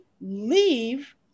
leave